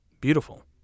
Beautiful